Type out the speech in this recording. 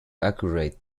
accurate